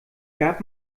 gab